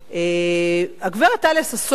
הגברת טליה ששון,